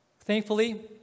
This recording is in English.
Thankfully